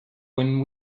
when